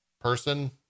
person